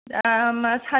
दामा सानसेयाव